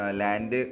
land